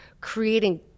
creating